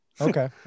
Okay